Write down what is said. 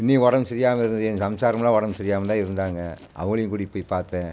இன்னைக்கி உடம்பு சரியில்லாமல் இருக்குது என் சம்சாரம்லாம் உடம்பு சரியில்லாமல் தான் இருந்தாங்க அவங்களையும் கூட்டிட்டு போய் பார்த்தேன்